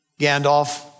Gandalf